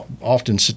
often